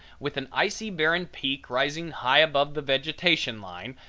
with an icy barren peak rising high above the vegetation line,